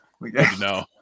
No